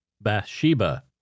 Bathsheba